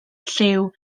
lliw